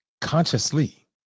consciously